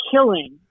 killing